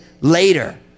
later